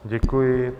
Děkuji.